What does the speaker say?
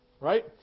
Right